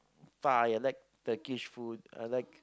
Thai I like Turkish food I like